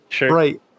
Right